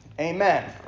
Amen